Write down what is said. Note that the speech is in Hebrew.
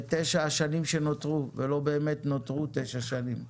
בתשע השנים שנותרו, ולא באמת נותרו תשע שנים,